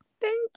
Thank